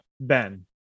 Ben